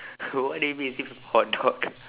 why did you go and say from hotdog